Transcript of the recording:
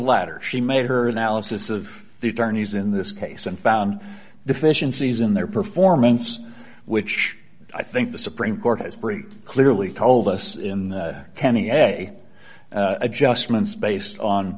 latter she made her an alice of the attorneys in this case and found deficiencies in their performance which i think the supreme court has pretty clearly told us in kenney a adjustments based on